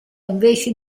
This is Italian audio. invece